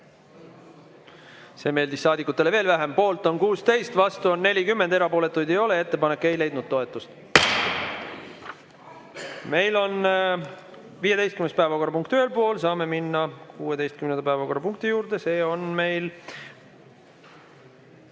See meeldis saadikutele veel vähem, poolt on 16, vastu 40, erapooletuid ei ole. Ettepanek ei leidnud toetust. Meil on 15. päevakorrapunkt ühel pool. Saame minna 16. päevakorrapunkti juurde. Aga, enne